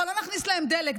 אבל לא נכניס להם דלק,